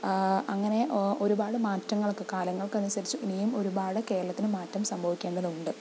അങ്ങനെ ഒ ഒരുപാട് മാറ്റങ്ങൾക്ക് കാലങ്ങൾക്ക് അനുസരിച്ച് ഇനിയും ഒരുപാട് കേരളത്തിന് മാറ്റം സംഭവിക്കേണ്ടതുണ്ട്